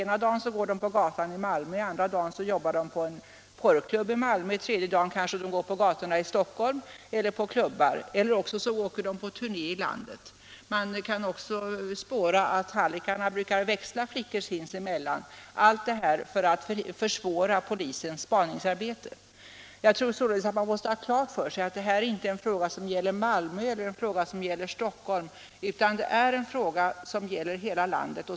Ena dagen går de på gatan i Malmö, andra dagen jobbar de på en porrklubb i Malmö, tredje dagen kanske de går på gatan i Stockholm eller jobbar på en klubb där; eller också åker de på turné i landet. Man kan vidare spåra att hallickarna brukar växla flickor sinsemellan. Allt det här gör de för att försvåra polisens spaningsarbete. Jag tror således att man måste ha klart för sig att det här inte är en fråga som gäller Malmö eller Stockholm, utan en fråga som gäller hela landet.